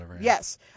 Yes